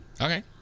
Okay